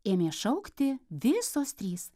ėmė šaukti visos trys